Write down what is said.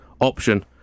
option